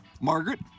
Margaret